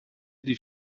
die